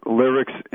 lyrics